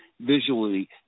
visually